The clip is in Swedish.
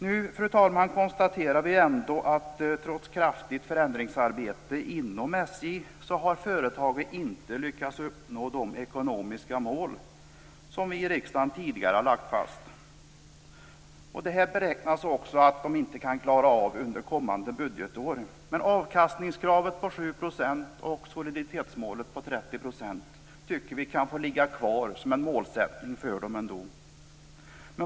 Nu konstaterar vi att trots kraftigt förändringsarbete inom SJ har företaget inte lyckats uppnå de ekonomiska mål som riksdagen tidigare lagt fast. SJ beräknas inte heller klara av det under kommande budgetår. Vi socialdemokrater tycker dock att avkastningskravet på 7 % och soliditetsmålet på 30 % ändå kan få ligga kvar som en målsättning.